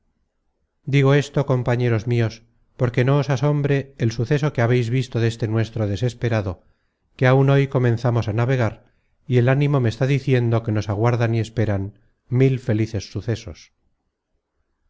digo esto compañeros mios porque no os asombre el suceso que habeis visto deste nuestro desesperado que áun hoy comenzamos á navegar y el ánimo me está diciendo que nos aguardan y esperan mil felices sucesos